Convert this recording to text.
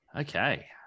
Okay